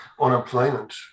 unemployment